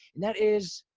and that is